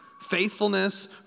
faithfulness